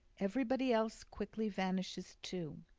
everybody else quickly vanishes too.